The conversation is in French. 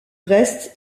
reste